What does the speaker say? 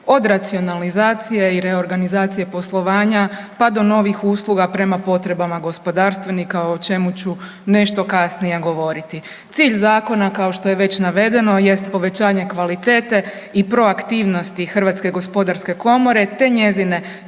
od racionalizacije i reorganizacije poslovanja, pa do novih usluga prema potrebama gospodarstvenika, o čemu ću nešto kasnije govoriti. Cilj zakona kao što je već navedeno jest povećanje kvalitete i proaktivnosti HGK, te njezine